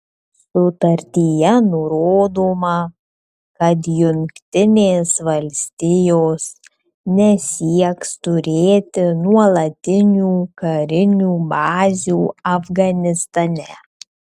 sutartyje nurodoma kad jungtinės valstijos nesieks turėti nuolatinių karinių bazių afganistane